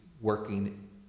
working